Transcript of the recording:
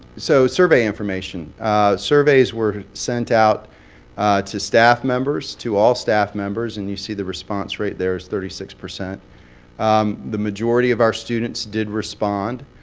so survey information surveys were sent out to staff members, to all staff members. and you see the response rate there is thirty six. the majority of our students did respond.